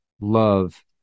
love